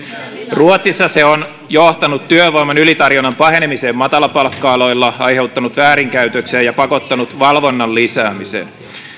ruotsissa se on johtanut työvoiman ylitarjonnan pahenemiseen matalapalkka aloilla aiheuttanut väärinkäytöksiä ja pakottanut valvonnan lisäämiseen